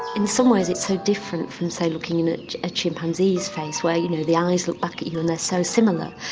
in some ways it's so different from, say, looking in a chimpanzee's face where you know, the eyes look back at you and they're so similar.